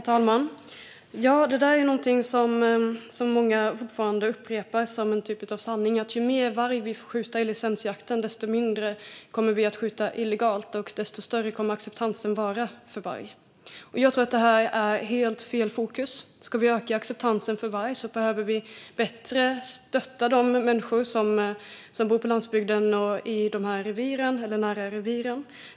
Herr talman! Det där är någonting som många fortfarande upprepar som en typ av sanning: Ju fler vargar vi får skjuta i licensjakten, desto färre kommer vi att skjuta illegalt och desto större kommer acceptansen för varg att vara. Jag tror att det här är helt fel fokus. Ska vi öka acceptansen för varg behöver vi bättre stötta de människor som bor på landsbygden i eller nära reviren.